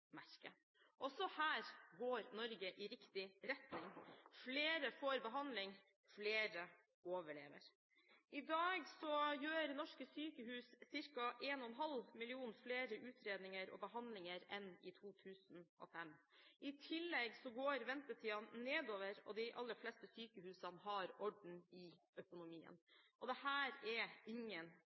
Også her går Norge i riktig retning: Flere får behandling – flere overlever. I dag gjør norske sykehus ca. 1,5 millioner flere utredninger og behandlinger enn i 2005. I tillegg går ventetiden nedover, og de aller fleste sykehusene har orden i økonomien. Dette er ingen